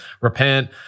repent